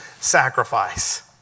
sacrifice